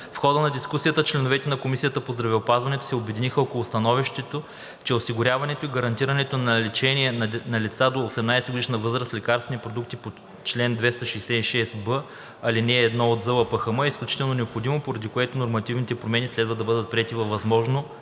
В хода на дискусията членовете на Комисията по здравеопазването се обединиха около становището, че осигуряването и гарантирането на лечението на лица до 18-годишна възраст с лекарствени продукти по чл. 266б, ал. 1 от ЗЛПХМ е изключително необходимо, поради което нормативните промени следва да бъдат приети във възможно